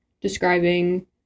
describing